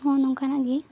ᱱᱚᱜ ᱚ ᱱᱚᱝᱠᱟᱱᱟᱜ ᱜᱮ